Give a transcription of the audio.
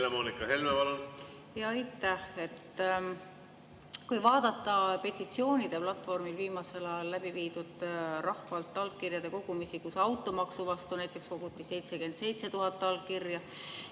Aitäh! Kui vaadata petitsioonide platvormil viimasel ajal olnud rahvalt allkirjade kogumisi, kus automaksu vastu näiteks koguti 77 000 allkirja